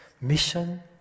Mission